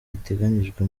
iteganyijwe